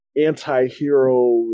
anti-hero